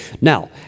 Now